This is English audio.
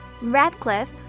Radcliffe